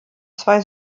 zwei